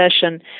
session